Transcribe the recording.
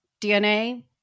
DNA